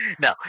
no